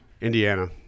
Indiana